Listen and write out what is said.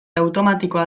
automatikoa